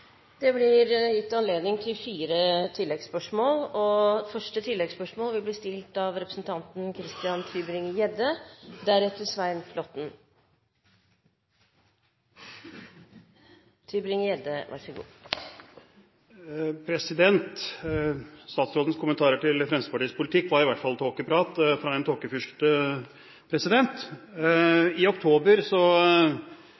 Det blir gitt anledning til fire oppfølgingsspørsmål – først Christian Tybring-Gjedde. Statsrådens kommentarer til Fremskrittspartiets politikk var i hvert fall tåkeprat fra en tåkefyrste. I oktober spurte vi departementet om det var